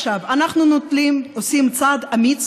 עכשיו: אנחנו עושים צעד אמיץ